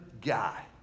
guy